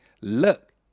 look